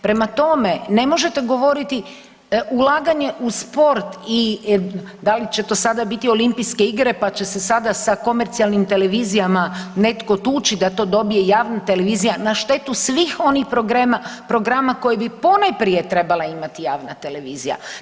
Prema tome, ne možete govoriti ulaganje u sport i da li će to sada biti Olimpijske igre pa će se sada sa komercijalnim televizijama netko tući da to dobije javna televizija na štetu svih onih programa koji bi ponajprije trebala imati javna televizija.